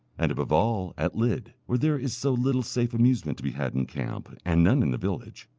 and above all at lydd, where there is so little safe amusement to be had in camp, and none in the village.